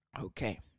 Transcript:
Okay